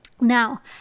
Now